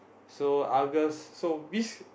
so Argus so which